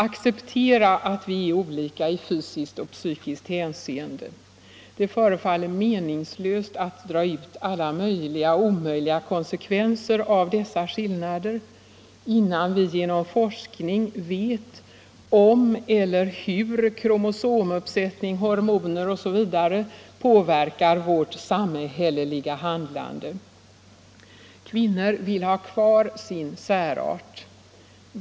Acceptera att vi är olika i fysiskt och psykiskt hänseende. Det förefaller meningslöst att dra ut alla möjliga och omöjliga konsekvenser av dessa skillnader, innan vi genom forskning vet om eller hur kromosomuppsättning, hormoner osv. påverkar vårt samhälleliga handlande. Kvinnor vill ha kvar sin särart.